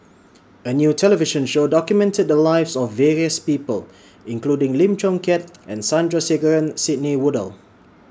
A New television Show documented The Lives of various People including Lim Chong Keat and Sandrasegaran Sidney Woodhull